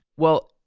well,